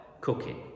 cooking